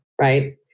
right